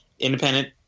independent